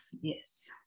Yes